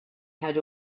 had